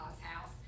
house